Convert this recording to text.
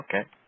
Okay